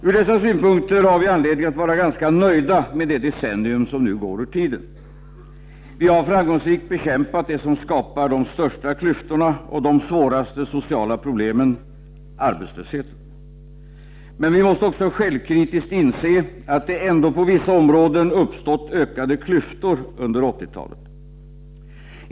Ur dessa synpunkter har vi anledning att vara ganska nöjda med det decennium som nu går ur tiden. Vi har framgångsrikt bekämpat det som skapar de största klyftorna och de svåraste sociala problemen — arbetslösheten. Men vi måste också självkritiskt inse att det ändå på vissa områden uppstått ökade klyftor under 80-talet.